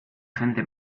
gente